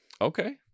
okay